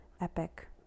epic